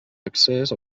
accés